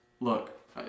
Look